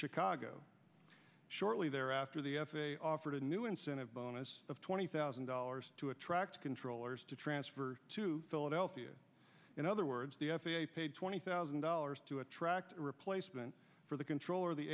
chicago shortly thereafter the f a a offered a new incentive bonus of twenty thousand dollars to attract controllers to transfer to philadelphia in other words the f a a paid twenty thousand dollars to attract a replacement for the controller the